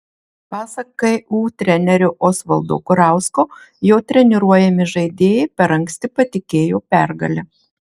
pasak ku trenerio osvaldo kurausko jo treniruojami žaidėjai per anksti patikėjo pergale